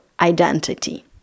identity